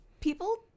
people